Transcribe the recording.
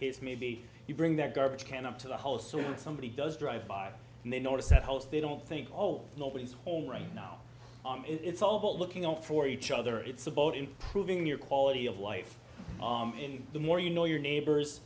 kids maybe you bring their garbage can up to the hole so somebody does drive by and they notice that house they don't think oh nobody's home right now it's all about looking out for each other it's about improving your quality of life in the more you know your neighbors